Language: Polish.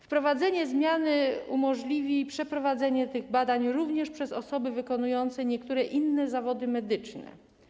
Wprowadzenie zmiany umożliwi przeprowadzanie tych badań również przez osoby wykonujące niektóre inne zawody medyczne.